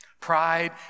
Pride